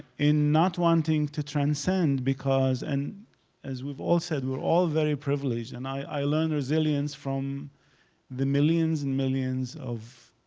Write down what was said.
in not wanting to transcend because, and as we've all said, we're all very privileged. and i learn resilience from the millions and millions of